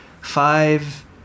five